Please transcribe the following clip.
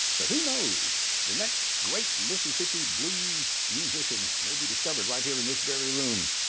but who knows? the next great mississippi blues musician may be discovered right here in this very room.